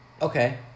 Okay